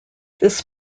this